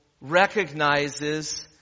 recognizes